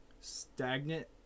stagnant